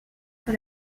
que